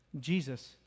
Jesus